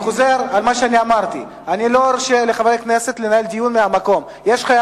עדיין לא סיימתי, כי אני רוצה בכל אופן לכבד.